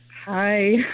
hi